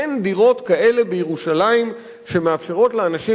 אין דירות במחירים כאלה בירושלים שמתאפשר לאנשים